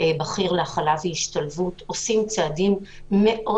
בכיר להחלת השתלבות עושים צעדים מאוד